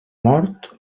mort